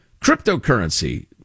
Cryptocurrency